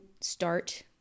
start